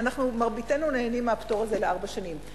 מרביתנו נהנים מהפטור הזה אחת לארבע שנים.